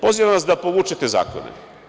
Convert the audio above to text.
Pozivam vas da povučete zakone.